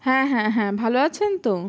হ্যাঁ হ্যাঁ হ্যাঁ ভালো আছেন তো